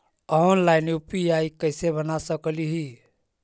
Online UPI कैसे बना सकली ही?